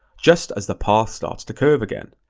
just as the path starts to curve again.